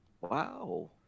Wow